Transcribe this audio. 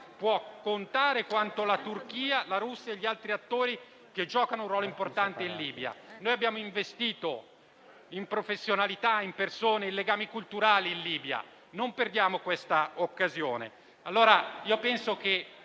può contare quanto la Turchia, la Russia e gli altri attori che giocano un ruolo importante in Libia. Noi abbiamo investito in professionalità, in persone, in legami culturali in Libia: non perdiamo questa occasione.